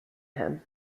him